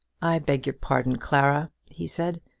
i beg your pardon, clara, he said,